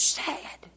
sad